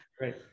Right